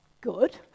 good